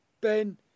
Ben